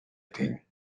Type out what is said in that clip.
thing